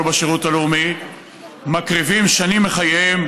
ובשירות הלאומי מקריבים שנים מחייהם,